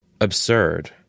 Absurd